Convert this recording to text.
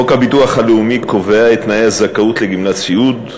חוק הביטוח הלאומי קובע את תנאי הזכאות לגמלת סיעוד.